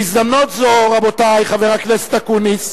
בהזדמנות זו, רבותי, חבר הכנסת אקוניס,